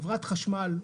חברת החשמל,